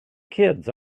kids